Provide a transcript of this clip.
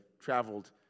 traveled